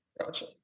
Gotcha